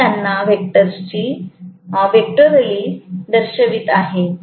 मी त्यांना वेक्टोरली दर्शवित आहे